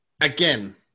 again